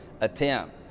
attempt